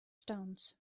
stones